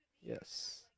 Yes